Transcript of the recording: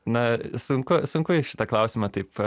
na sunku sunku į šitą klausimą taip